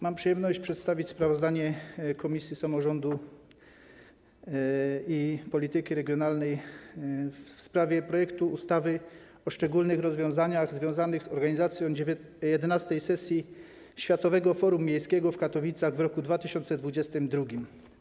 Mam przyjemność przedstawić sprawozdanie Komisji Samorządu Terytorialnego i Polityki Regionalnej w sprawie projektu ustawy o szczególnych rozwiązaniach związanych z organizacją XI sesji Światowego Forum Miejskiego w Katowicach w roku 2022.